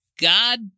God